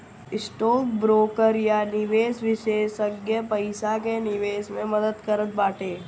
stock broker या निवेश विषेशज्ञ पईसा के निवेश मे मदद करत बाटे